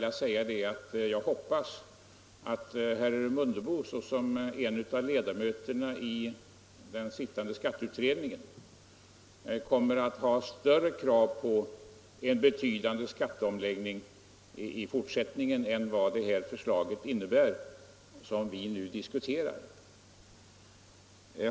Jag hoppas att herr Mundebo såsom en av ledamöterna i den sittande skatteutredningen kommer att ha större krav på en betydande skatteomläggning i fortsättningen än vad det förslag vi nu diskuterar innebär.